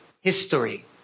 history